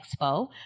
Expo